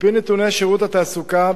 על-פי נתוני שירות התעסוקה,